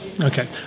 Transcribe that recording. okay